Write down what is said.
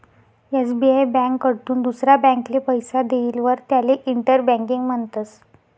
SBI ब्यांककडथून दुसरा ब्यांकले पैसा देयेलवर त्याले इंटर बँकिंग म्हणतस